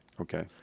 Okay